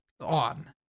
on